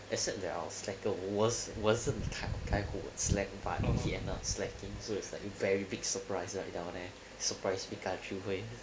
except that our slacker was wasn't the type of guy who would slack but he ended up slacking so it's like a very big surprise down there surprise pikachu